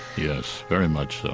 yes, very much so.